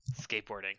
skateboarding